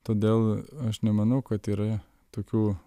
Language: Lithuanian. todėl aš nemanau kad yra tokių